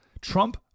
Trump